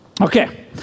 Okay